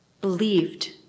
believed